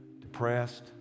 depressed